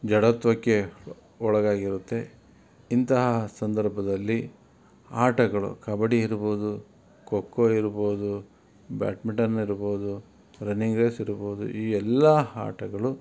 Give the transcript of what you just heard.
ಜಡತ್ವಕ್ಕೆ ಒಳಗಾಗಿರುತ್ತೆ ಇಂತಹ ಸಂದರ್ಭದಲ್ಲಿ ಆಟಗಳು ಕಬಡ್ಡಿ ಇರ್ಬೋದು ಖೋ ಖೋ ಇರ್ಬೋದು ಬ್ಯಾಟ್ಮಿಟನ್ ಇರ್ಬೋದು ರನ್ನಿಂಗ್ ರೇಸ್ ಇರ್ಬೋದು ಈ ಎಲ್ಲ ಆಟಗಳು